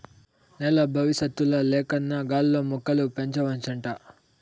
నేల బవిసత్తుల లేకన్నా గాల్లో మొక్కలు పెంచవచ్చంట